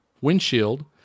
windshield